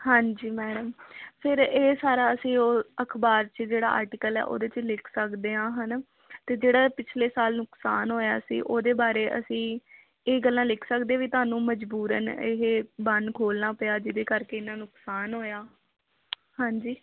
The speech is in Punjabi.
ਹਾਂਜੀ ਮੈਡਮ ਫਿਰ ਇਹ ਸਾਰਾ ਅਸੀਂ ਉਹ ਅਖ਼ਬਾਰ 'ਚ ਜਿਹੜਾ ਆਰਟੀਕਲ ਹੈ ਉਹਦੇ 'ਚ ਲਿਖ ਸਕਦੇ ਹਾਂ ਹੈ ਨਾ ਅਤੇ ਜਿਹੜਾ ਪਿਛਲੇ ਸਾਲ ਨੁਕਸਾਨ ਹੋਇਆ ਸੀ ਉਹਦੇ ਬਾਰੇ ਅਸੀਂ ਇਹ ਗੱਲਾਂ ਲਿਖ ਸਕਦੇ ਵੀ ਤੁਹਾਨੂੰ ਮਜ਼ਬੂਰਨ ਇਹ ਬੰਨ ਖੋਲ੍ਹਣਾ ਪਿਆ ਜਿਹਦੇ ਕਰਕੇ ਇਹਨਾਂ ਨੂੰ ਨੁਕਸਾਨ ਹੋਇਆ ਹਾਂਜੀ